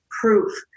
proof